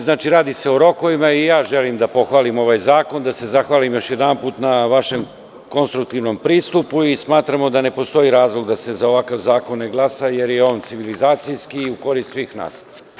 Znači, radi se o rokovima i ja želim da pohvalim ovaj zakon, da se zahvalim još jednom na vašem konstruktivnom pristupu i smatramo da ne postoji razlog da se za ovakav zakon ne glasa, jer je on civilizacijski i u korist svih nas.